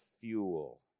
fuel